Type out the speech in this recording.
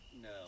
No